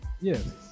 Yes